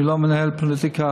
אני לא מנהל פוליטיקה,